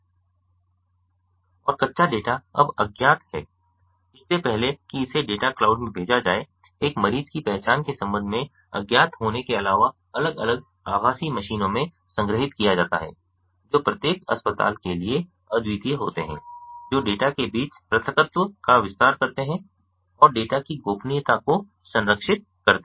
और कच्चा डेटा अब अज्ञात है और इससे पहले कि इसे डेटा क्लाउड में भेजा जाए एक मरीज की पहचान के संबंध में अज्ञात होने के अलावा अलग अलग आभासी मशीनों में संग्रहीत किया जाता है जो प्रत्येक अस्पताल के लिए अद्वितीय होते हैं जो डेटा के बीच पृथकत्व का विस्तार करते हैं और डेटा कि गोपनीयता को संरक्षित करते हैं